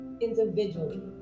individually